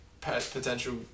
potential